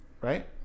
Right